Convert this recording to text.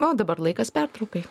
o dabar laikas pertraukai